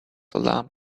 alarmed